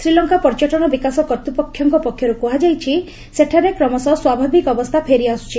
ଶ୍ରୀଲଙ୍କା ପର୍ଯ୍ୟଟନ ବିକାଶ କର୍ତ୍ତୃପକ୍ଷଙ୍କ ପକ୍ଷରୁ କୁହାଯାଇଛି ସେଠାରେ କ୍ରମଶ ସ୍ୱଭାବିକ ଅବସ୍ଥା ଫେରି ଆସୁଛି